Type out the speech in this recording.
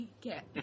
get